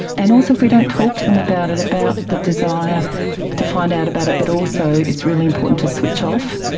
and also if we don't talk to them about it, about the desire to find out about it but also it's really important to switch off,